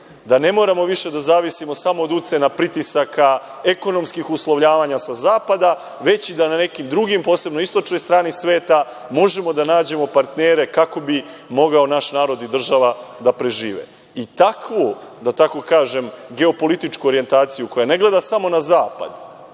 da ne moramo više da zavisimo samo od ucena, pritisaka, ekonomskih uslovljavanja sa zapada, već i da na nekim drugim, posebno istočnoj strani sveta, možemo da nađemo partnere kako bi mogao naš narod i država da prežive. Takvu, da tako kažem, geopolitičku orijentaciju, koja ne gleda samo na zapad,